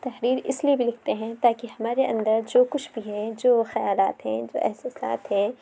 تحریر اِس لیے بھی لکھتے ہیں تاکہ ہمارے اندر جو کچھ بھی ہے جو خیالات ہیں جو احساسات ہیں